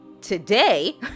today